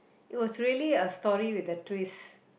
it was really a story with a twist